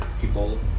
people